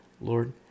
Lord